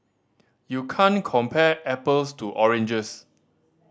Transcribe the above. you can't compare apples to oranges